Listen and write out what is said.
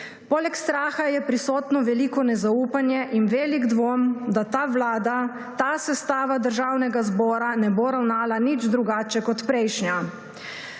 Poleg strahu sta prisotna veliko nezaupanje in velik dvom, da ta vlada, ta sestava državnega zbora ne bo ravnala nič drugače kot prejšnja.